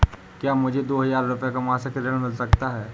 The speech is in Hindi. क्या मुझे दो हजार रूपए का मासिक ऋण मिल सकता है?